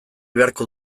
beharko